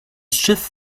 schiff